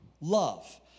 love